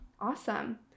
awesome